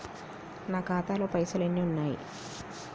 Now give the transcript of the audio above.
నా ఖాతాలో పైసలు ఎన్ని ఉన్నాయి?